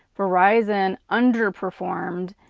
verizon underperformed,